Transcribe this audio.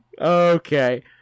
Okay